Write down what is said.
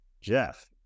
Jeff